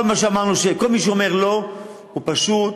כל מי שאומר לא, הוא פשוט